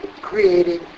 creating